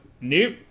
nope